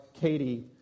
Katie